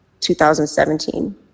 2017